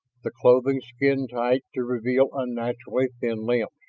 the clothing skintight to reveal unnaturally thin limbs.